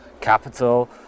capital